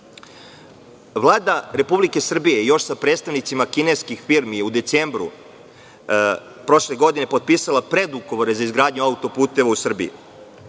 Republike Srbije, sa predstavnicima kineskih firmi, u decembru prošle godine potpisala je predugovore za izgradnju autoputeva u Srbiji.